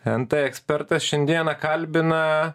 nt ekspertas šiandieną kalbina